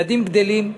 ילדים גדלים,